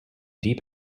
deep